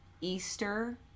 Easter